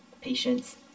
patients